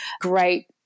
great